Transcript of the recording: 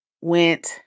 went